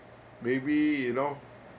maybe you know